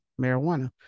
marijuana